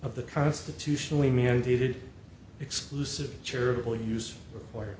of the constitutionally mandated exclusive charitable use